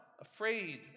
afraid